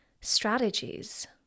strategies